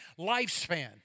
lifespan